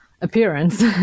appearance